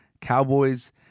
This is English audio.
Cowboys